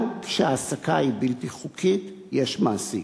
גם כשההעסקה היא בלתי חוקית יש מעסיק.